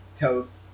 toast